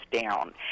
down